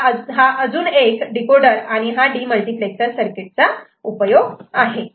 तेव्हा हा अजून एक डीकोडर आणि डीमल्टिप्लेक्सर सर्किट चा उपयोग आहे